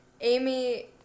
Amy